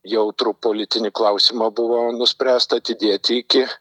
jautrų politinį klausimą buvo nuspręsta atidėti iki